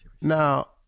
Now